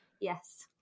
yes